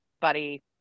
buddy